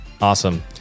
Awesome